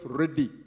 ready